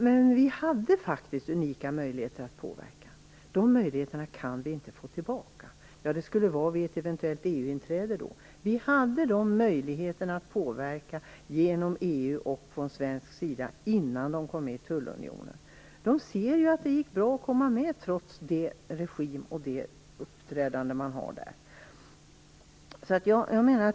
Men vi hade faktiskt unika möjligheter att påverka. Dessa möjligheter kan vi inte få tillbaka. Det skulle möjligen vara om Turkiet eventuellt inträder i EU. Vi hade möjligheter att påverka genom EU och från svensk sida innan Turkiet kom med i tullunionen. I Turkiet såg man att det gick bra att komma med i tullunionen, trots den regim och det uppträdande man har där.